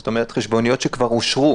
זאת אומרת, חשבוניות שכבר אושרו